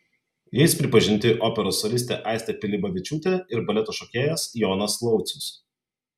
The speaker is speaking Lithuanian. jais pripažinti operos solistė aistė pilibavičiūtė ir baleto šokėjas jonas laucius